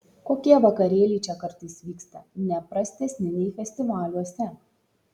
kokie vakarėliai čia kartais vyksta ne prastesni nei festivaliuose